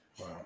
Wow